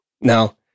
Now